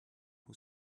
who